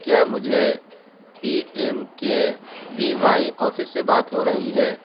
کیا مجھے P M K V Y office سے بات ہو رہی ہے